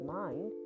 mind